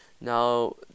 now